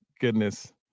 Goodness